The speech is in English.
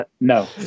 No